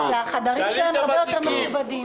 החדרים שם הרבה יותר מכובדים.